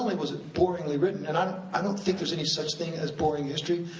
was it boringly written, and um i don't think there's any such thing as boring history,